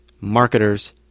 marketers